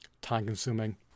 time-consuming